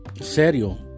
serio